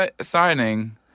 signing